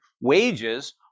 Wages